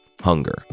Hunger